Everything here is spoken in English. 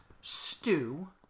stew